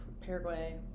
Paraguay